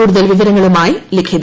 കൂടുതൽ വിവരങ്ങളുമായി ലിഖിത